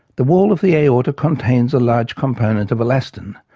the wall of the aorta contains a large component of elastin,